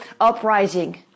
uprising